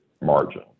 margin